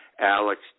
Alex